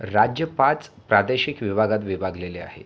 राज्य पाच प्रादेशिक विभागात विभागलेले आहे